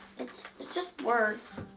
it's just words.